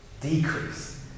decrease